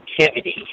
activity